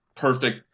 perfect